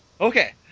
Okay